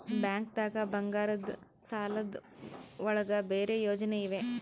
ಬ್ಯಾಂಕ್ದಾಗ ಬಂಗಾರದ್ ಸಾಲದ್ ಒಳಗ್ ಬೇರೆ ಯೋಜನೆ ಇವೆ?